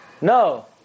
No